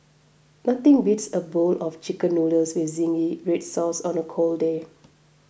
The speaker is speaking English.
nothing beats a bowl of Chicken Noodles with Zingy Red Sauce on a cold day